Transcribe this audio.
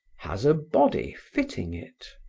has a body fitting it.